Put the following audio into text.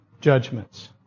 judgments